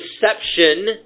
deception